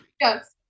yes